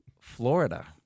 Florida